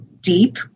deep